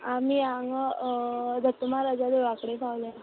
आमी हांगा दत्त महाराजा देवळा कडेन पावल्या